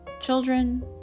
children